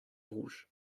rouge